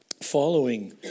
following